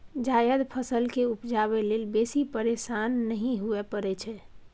जायद फसल केँ उपजाबै लेल बेसी फिरेशान नहि हुअए परै छै